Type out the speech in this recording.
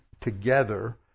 together